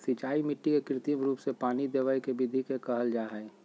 सिंचाई मिट्टी के कृत्रिम रूप से पानी देवय के विधि के कहल जा हई